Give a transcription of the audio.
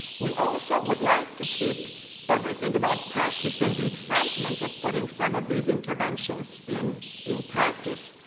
we also would like to keep everything about practice and the excitement of putting some of these interventions in in practice,